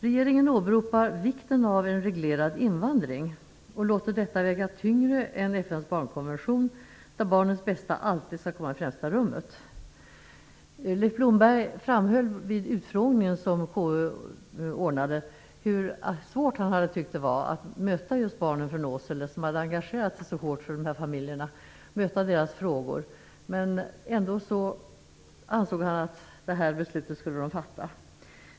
Regeringen åberopar vikten av en reglerad invandring och låter detta väga tyngre än FN:s barnkonvention, enligt vilken barnens bästa alltid skall komma i främsta rummet. Leif Blomberg framhöll vid utfrågningen som KU ordnade hur svårt att han hade tyckt att det var att möta barnen från Åsele som hade engagerat sig så hårt för dessa familjer, och att möta deras frågor. Ändå ansåg han att detta var det beslut som skulle fattas.